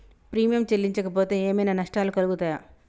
Premium చెల్లించకపోతే ఏమైనా నష్టాలు కలుగుతయా?